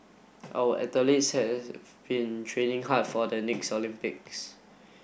our athletes has been training hard for the next Olympics